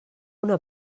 una